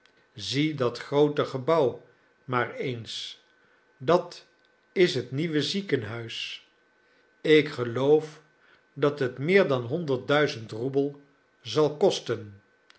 zie dat groote gebouw maar eens dat is het nieuwe ziekenhuis ik geloof dat het meer dan honderdduizend roebel zal kosten